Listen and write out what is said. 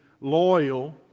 loyal